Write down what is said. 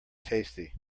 tasty